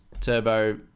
Turbo